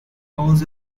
calls